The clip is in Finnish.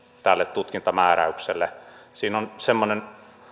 tutkintamääräykselle siinä on semmoinen